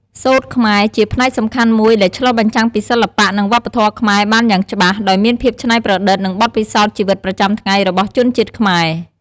សូត្រខ្មែរ ជាផ្នែកសំខាន់មួយដែលឆ្លុះបញ្ចាំងពីសិល្បៈ និងវប្បធម៌ខ្មែរបានយ៉ាងច្បាស់ ដោយមានភាពច្នៃប្រឌិត និងបទពិសោធន៍ជីវិតប្រចាំថ្ងៃរបស់ជនជាតិខ្មែរ។